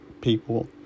people